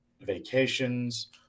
vacations